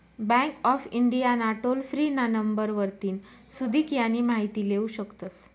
bank of India ना toll free ना number वरतीन सुदीक यानी माहिती लेवू शकतस